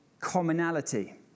commonality